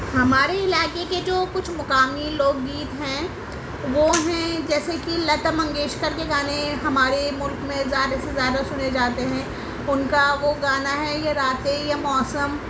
ہمارے علاقے کے جو کچھ مقامی لوک گیت ہیں وہ ہیں جیسے کہ لتا منگیشکر کے گانے ہمارے ملک میں زیادہ سے زیادہ سنے جاتے ہیں ان کا وہ گانا ہے یہ راتیں یہ موسم